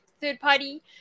third-party